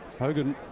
hogan,